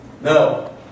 no